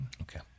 Okay